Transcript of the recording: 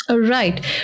right